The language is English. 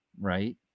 Right